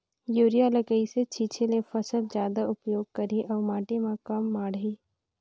Urea ल कइसे छीचे ल फसल जादा उपयोग करही अउ माटी म कम माढ़ही?